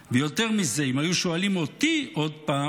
ויותר מזה, אם היו שואלים אותי עוד פעם,